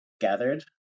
gathered